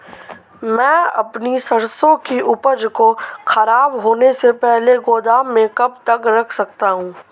मैं अपनी सरसों की उपज को खराब होने से पहले गोदाम में कब तक रख सकता हूँ?